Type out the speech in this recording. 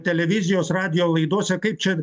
televizijos radijo laidose kaip čia